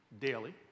daily